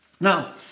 Now